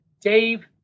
Dave